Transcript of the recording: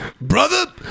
Brother